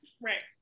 Right